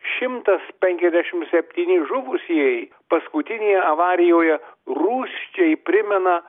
šimtas penkiasdešim septyni žuvusieji paskutinėje avarijoje rūsčiai primena